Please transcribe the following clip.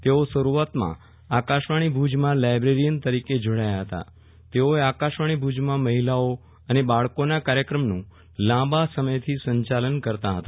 તેઓ શરૂઆતમાં આકાશવાણી ભુજમાં લાયબ્રેરીયન તરીકે જોડાયા હતા તેઓએ આકાશવાણી ભુજમાં મહિલાઓ અને બાળકીના કાર્યક્રમનું લાંબા સમયથી સંચાલન કરતાં હતા